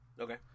Okay